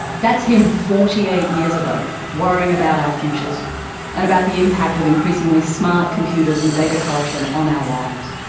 that's him forty eight years ago worrying about our futures and about the impact of increasingly smart computers, and data collection, on our lives.